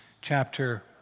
chapter